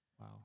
Wow